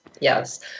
yes